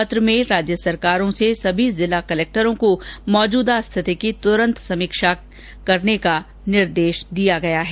पत्र में राज्य सरकारों से सभी जिला कलेक्टरों को मौजूदा स्थिति की तुरंत समीक्षा करने का निर्देश दिया गया है